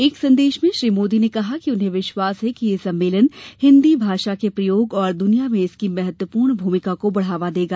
एक संदेश में श्री मोदी ने कहा कि उन्हें विश्वास है कि यह सम्मेलन हिन्दी भाषा के प्रयोग और दुनिया में इसकी महत्वपूर्ण भूमिका को बढ़ावा देगा